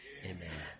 Amen